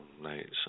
nights